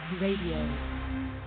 radio